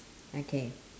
okay